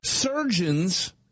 Surgeons